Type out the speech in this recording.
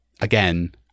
again